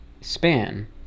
span